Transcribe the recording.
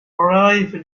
arrive